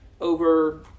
over